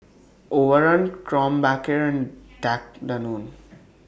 Overrun Krombacher and Danone